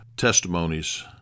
testimonies